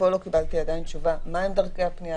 ופה לא קיבלתי עדיין תשובה מה הן דרכי הפנייה,